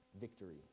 victory